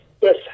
Yes